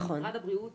במשרד הבריאות